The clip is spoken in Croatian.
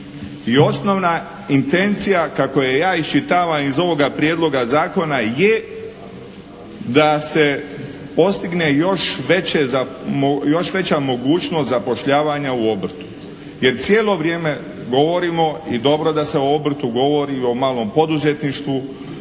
I osnovna intencija kako je ja iščitavam iz ovoga prijedloga zakona je da se postigne još veća mogućnost zapošljavanja u obrtu. Jer cijelo vrijeme govorimo i dobro je da se o obrtu govori i o malom poduzetništvu